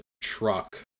truck